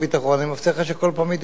אני מבטיח לך שכל פעם הייתי בא לענות.